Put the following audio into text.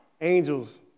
Angels